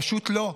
פשוט לא.